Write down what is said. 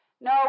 No